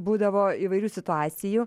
būdavo įvairių situacijų